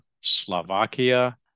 Slovakia